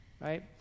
right